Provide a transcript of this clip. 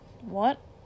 What